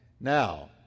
Now